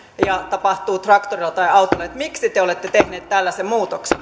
ja se tapahtuu traktorilla tai autolla niin miksi te te olette tehnyt tällaisen muutoksen